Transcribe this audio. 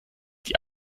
die